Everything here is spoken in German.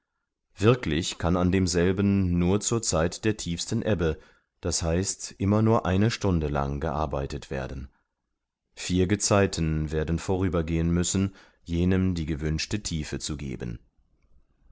wirklich kann an demselben nur zur zeit der tiefsten ebbe d h immer nur eine stunde lang gearbeitet werden vier gezeiten werden vorübergehen müssen jenem die gewünschte tiefe zu geben